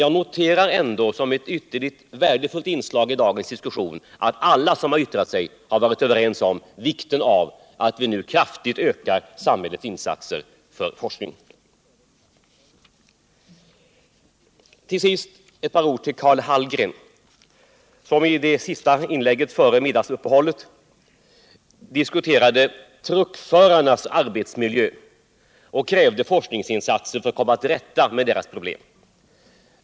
Jag noterar ändå som ett ytterligt värdefullt inslag i dagens diskussion att alla som har yttrat sig har varit överens om vikten av att vi nu kraftigt ökar samhällets insatser för forskning. Till sist ett par ord till Karl Hallgren som i det sista inlägget före middagsuppehållet diskuterade truckförarnas arbetsmiljö och krävde forskningsinsatser för att komma till rätta med deras problem.